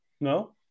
No